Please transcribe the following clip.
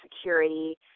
security